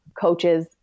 coaches